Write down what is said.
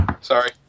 Sorry